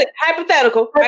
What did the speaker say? Hypothetical